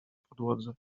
podłodze